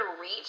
reach